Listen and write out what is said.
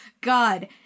god